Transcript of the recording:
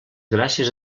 gràcies